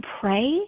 pray